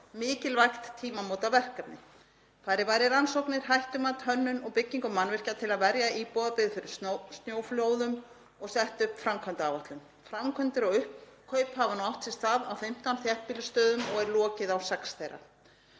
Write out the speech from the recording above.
mikilvægt tímamótaverkefni. Farið var í rannsóknir, hættumat, hönnun og byggingu mannvirkja til að verja íbúabyggð fyrir snjóflóðum og sett upp framkvæmdaáætlun. Framkvæmdir og uppkaup hafa átt sér stað á 15 þéttbýlisstöðum og er lokið á sex þeirra.